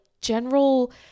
general